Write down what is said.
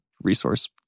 resource